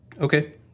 okay